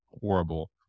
horrible